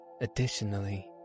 Additionally